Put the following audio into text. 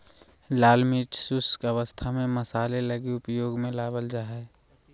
लाल मिर्च शुष्क अवस्था में मसाले लगी उपयोग में लाबल जा हइ